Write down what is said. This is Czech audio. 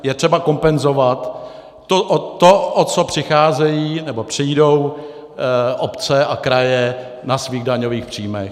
Je třeba kompenzovat to, o co přicházejí nebo přijdou obce a kraje na svých daňových příjmech.